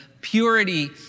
purity